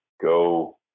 go